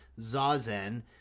Zazen